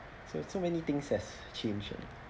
so so many things has changed ah